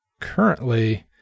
currently